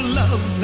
love